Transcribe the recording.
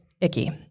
icky